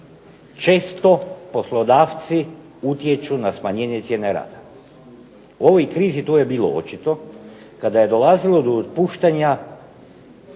često poslodavci utječu na smanjenje cijene rada. U ovoj krizi to je bilo očito kada je dolazilo do otpuštanja